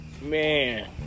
Man